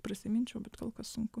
prisiminčiau bet kol kas sunku